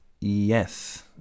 Yes